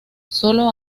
solo